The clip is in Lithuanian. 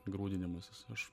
grūdinimasis aš